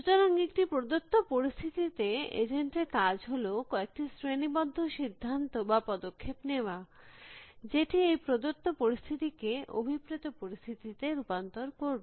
সুতরাং একটি প্রদত্ত পরিস্থিতিতে এজেন্ট এর কাজ হল কয়েকটি শ্রেণীবদ্ধ সিদ্ধান্ত বা পদক্ষেপ নেওয়া যেটি এই প্রদত্ত পরিস্থিতি কে অভিপ্রেত পরিস্থিতিতে রূপান্তর করবে